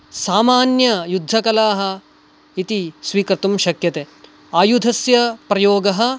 सामान्ययुद्धकलाः इति स्वीकर्तुं शक्यते आयुधस्य प्रयोगः